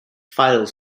file